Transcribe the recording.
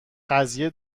قضیه